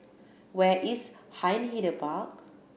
where is Hindhede